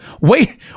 wait